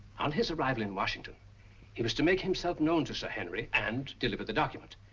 on his arrival in washington he was to make himself known to sir henry and deliver the document.